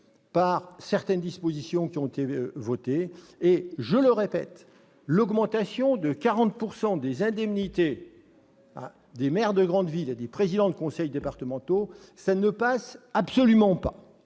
par certaines des dispositions qui ont été votées. Je le répète, l'augmentation de 40 % des indemnités des maires de grande ville et des présidents de conseil départemental ne passe absolument pas